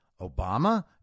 Obama